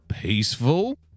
peaceful